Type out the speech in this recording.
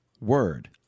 word